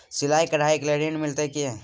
सिलाई, कढ़ाई के लिए ऋण मिलते की?